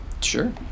Sure